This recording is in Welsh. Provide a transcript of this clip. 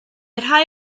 rhai